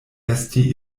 esti